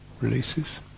releases